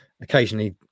occasionally